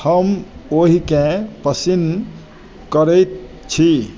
हम ओहिकेंँ पसिन्न करैत छी